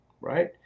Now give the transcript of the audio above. right